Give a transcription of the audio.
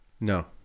No